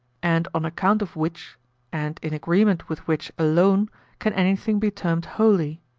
and on account of which and in agreement with which alone can anything be termed holy.